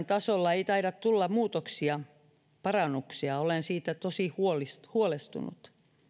tasolla ei taida tulla muutoksia parannuksia olen siitä tosi huolestunut